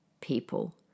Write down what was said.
people